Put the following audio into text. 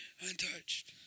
Untouched